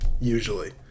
usually